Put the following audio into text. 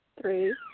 three